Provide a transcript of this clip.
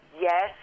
Yes